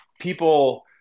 people